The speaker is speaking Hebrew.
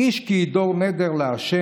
איש כי ידר נדר לה'